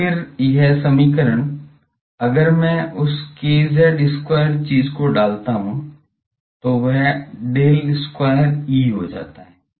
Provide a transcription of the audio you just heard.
तो फिर यह समीकरण अगर मैं उस kz square चीज़ को डालता हूँ तो वह del square E हो जाता है